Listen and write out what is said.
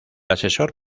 asesor